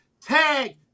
Tag